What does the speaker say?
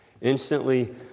Instantly